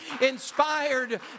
inspired